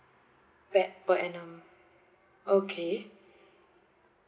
paid per annum okay